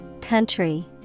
country